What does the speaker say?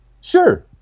sure